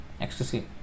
Ecstasy